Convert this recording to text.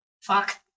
Fuck